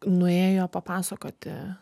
nuėjo papasakoti